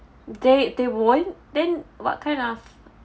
they they won't then what kind of